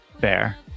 Fair